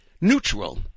neutral